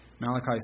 Malachi